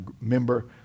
member